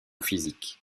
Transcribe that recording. physique